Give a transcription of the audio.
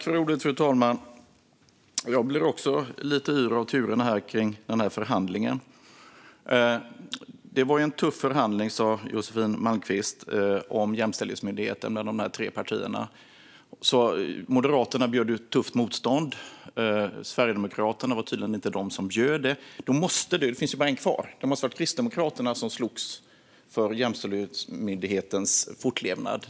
Fru talman! Jag blir lite yr av turerna runt förhandlingen. Josefin Malmqvist sa att det var en tuff förhandling med de tre partierna om Jämställdhetsmyndigheten. Moderaterna bjöd på tufft motstånd. Sverigedemokraterna var tydligen inte det parti som gjorde så. Då finns bara ett parti kvar. Det måste ha varit Kristdemokraterna som slogs för Jämställdhetsmyndighetens fortlevnad.